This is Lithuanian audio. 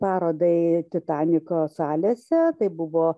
parodai titaniko salėse tai buvo